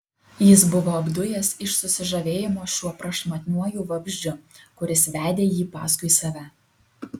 jis buvo apdujęs iš susižavėjimo šiuo prašmatniuoju vabzdžiu kuris vedė jį paskui save